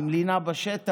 עם לינה בשטח,